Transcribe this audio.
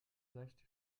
seichte